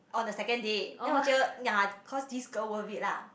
on the second day then 我觉得 ya cause this girl worth it lah